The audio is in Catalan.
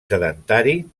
sedentari